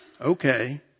okay